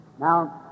Now